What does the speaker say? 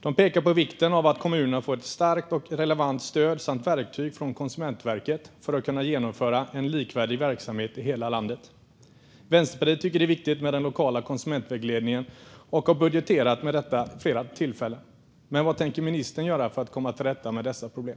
De pekar på vikten av att kommuner får ett starkt och relevant stöd samt verktyg från Konsumentverket för att kunna genomföra en likvärdig verksamhet i hela landet. Vänsterpartiet tycker att det är viktigt med den lokala konsumentvägledningen och har budgeterat för detta vid flera tillfällen. Vad tänker ministern göra för att komma till rätta med dessa problem?